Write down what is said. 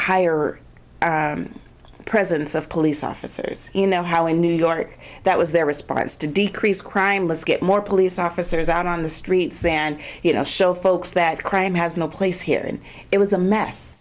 higher presence of police officers you know how in new york that was their response to decrease crime let's get more police officers out on the streets san you know show folks that crime has no place here and it was a mess